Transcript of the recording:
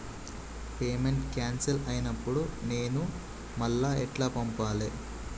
Payment cancel అయినపుడు నేను మళ్ళా ఎట్ల పంపాలే?